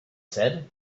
said